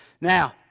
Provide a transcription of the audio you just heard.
Now